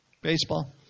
Baseball